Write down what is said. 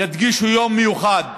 יקדישו יום מיוחד